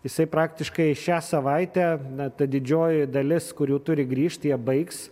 jisai praktiškai šią savaitę na didžioji dalis kur jau turi grįžt jie baigs